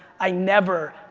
i never,